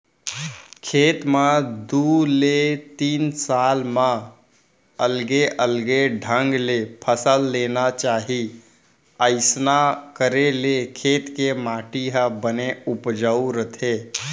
खेत म दू ले तीन साल म अलगे अलगे ढंग ले फसल लेना चाही अइसना करे ले खेत के माटी ह बने उपजाउ रथे